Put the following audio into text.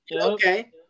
Okay